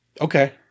Okay